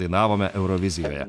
dainavome eurovizijoje